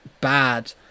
Bad